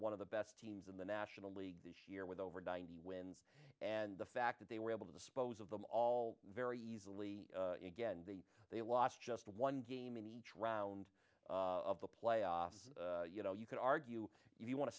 one of the best teams in the national league this year with over ninety wins and the fact that they were able to dispose of them all very easily again the they lost just one game in each round of the playoffs and you know you could argue if you want to